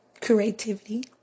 Creativity